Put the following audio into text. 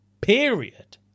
period